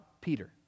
Peter